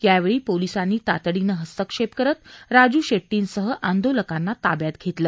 यावेळी पोलिसांनी तातडीनं हस्तक्षेप करत राजू शेट्टींसह आंदोलकांना ताब्यात घेतलं